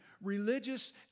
religious